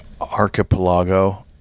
archipelago